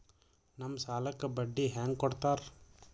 ನಮ್ ಸಾಲಕ್ ಬಡ್ಡಿ ಹ್ಯಾಂಗ ಕೊಡ್ತಾರ?